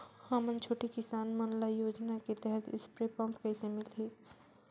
हमन छोटे किसान मन ल योजना के तहत स्प्रे पम्प कइसे मिलही?